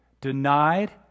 denied